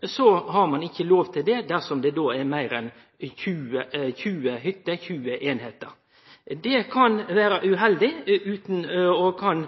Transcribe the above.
har ein ikkje lov til det dersom det er meir enn 20 hytter, dvs. 20 einingar. Det kan vere uheldig og kan